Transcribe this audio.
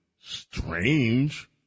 strange